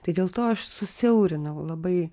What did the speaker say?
tai dėl to aš susiaurinau labai